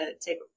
take